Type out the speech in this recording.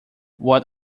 what